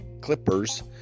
Clippers